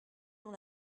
dans